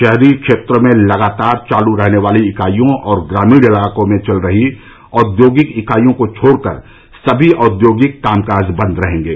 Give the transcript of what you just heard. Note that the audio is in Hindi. शहरी क्षेत्रों में लगातार चालू रहने वाली इकाईयों और ग्रामीण इलाकों में चल रही औद्योगिक इकाईयों को छोड़कर सभी औद्योगिक कामकाज बंद रहेंगे